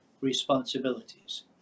responsibilities